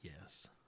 yes